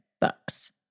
books